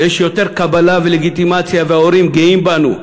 ויש יותר קבלה ולגיטימציה, וההורים גאים בנו.